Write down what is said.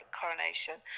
coronation